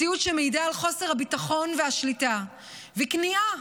מציאות שמעידה על חוסר הביטחון והשליטה, והכניעה